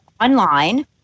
online